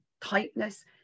tightness